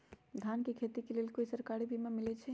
धान के खेती के लेल कोइ सरकारी बीमा मलैछई?